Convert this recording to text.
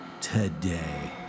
today